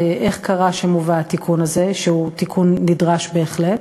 איך קרה שהתיקון הזה, שהוא תיקון נדרש בהחלט,